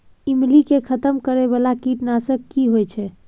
ईमली के खतम करैय बाला कीट नासक की होय छै?